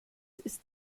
ist